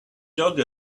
dug